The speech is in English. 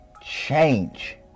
change